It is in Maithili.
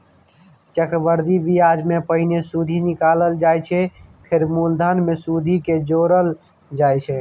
चक्रबृद्धि ब्याजमे पहिने सुदि निकालल जाइ छै फेर मुलधन मे सुदि केँ जोरल जाइ छै